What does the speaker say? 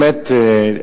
באמת,